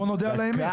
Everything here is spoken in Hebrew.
בוא נודה באמת,